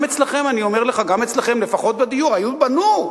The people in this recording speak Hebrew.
אני אומר לך: גם אצלכם, לפחות בדיור, בנו.